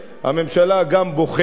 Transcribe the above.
הממשלה גם בוחנת